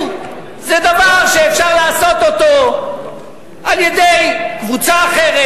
זה דבר שאפשר לעשות אותו על-ידי קבוצה אחרת,